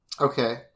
Okay